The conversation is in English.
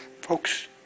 Folks